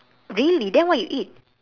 really then what you eat